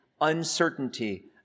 uncertainty